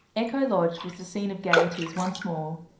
echo lodge was the scene of gaieties once more,